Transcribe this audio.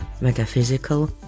metaphysical